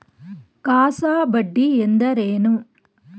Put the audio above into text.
CASA ಬಡ್ಡಿ ಎಂದರೇನು?